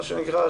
מה שנקרא,